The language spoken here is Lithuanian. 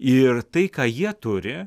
ir tai ką jie turi